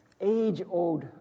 age-old